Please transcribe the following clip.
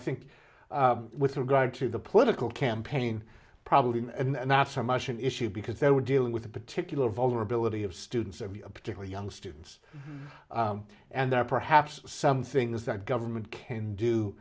think with regard to the political campaign probably and not so much an issue because they were dealing with a particular vulnerability of students or be a particular young students and there perhaps some things that government can do